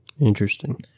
interesting